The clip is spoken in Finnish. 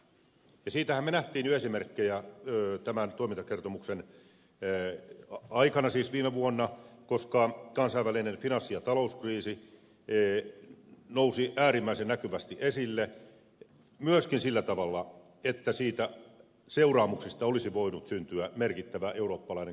siitähän me näimme jo esimerkkejä tämän toimintakertomuksen kuvaamana aikana siis viime vuonna koska kansainvälinen finanssi ja talouskriisi nousi äärimmäisen näkyvästi esille myöskin sillä tavalla että niistä seuraamuksista olisi voinut syntyä merkittävä globaali eurooppalainen turvallisuusriski